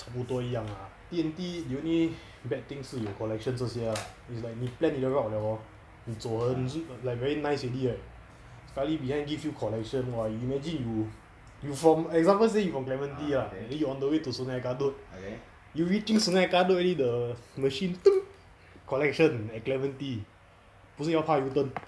差不多一样 lah D&D you only bad thing 是 collection 这些 ah is like 你 plan 你的 route liao hor 你走了你就 like very nice already right sekali behind give you collection !wah! imagine you you from example say you from clementi ah then you on the way to sungei gedok you reaching sungei gedok already the machine collection at clementi 不是要怕 U turn